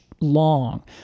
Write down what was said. long